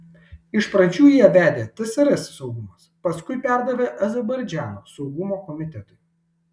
iš pradžių ją vedė tsrs saugumas paskui perdavė azerbaidžano saugumo komitetui